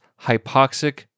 hypoxic